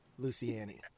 Luciani